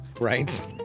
Right